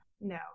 no